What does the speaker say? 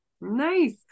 Nice